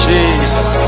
Jesus